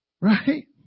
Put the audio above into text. Right